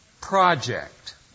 project